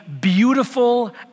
beautiful